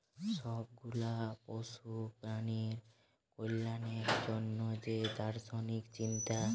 সব গুলা পশু প্রাণীর কল্যাণের জন্যে যে দার্শনিক চিন্তা